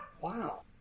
Wow